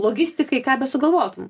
logistikai ką besugalvotum